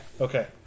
Okay